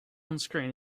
onscreen